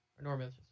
Enormous